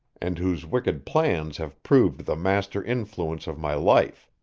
and whose wicked plans have proved the master influence of my life.